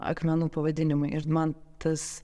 akmenų pavadinimai ir man tas